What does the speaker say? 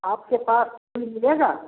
आपके पास फूल मिलेगा